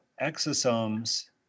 exosomes